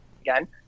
again